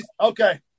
okay